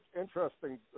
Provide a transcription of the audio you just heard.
interesting